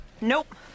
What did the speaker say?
Nope